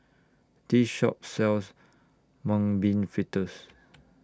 This Shop sells Mung Bean Fritters